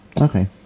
okay